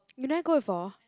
you never go before